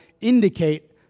indicate